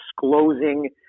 disclosing